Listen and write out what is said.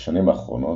בשנים האחרונות,